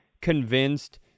convinced